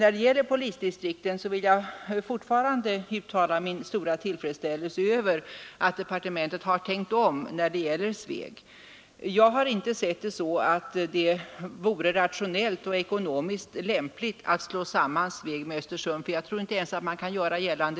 När det gäller polisdistrikten vill jag dock fortfarande uttala min stora tillfredsställelse över att departementet tänkt om beträffande Sveg. Jag har inte påstått att det ur rationella och ekonomiska synpunkter vore lämpligt att slå samman Sveg med Östersund. Jag tror inte ens att man kan göra detta gällande.